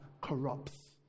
corrupts